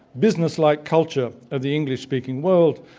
businesslike culture of the english-speaking world,